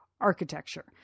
architecture